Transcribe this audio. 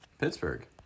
Pittsburgh